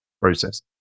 process